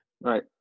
Right